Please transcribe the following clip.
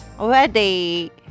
Ready